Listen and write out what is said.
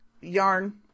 yarn